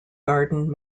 garden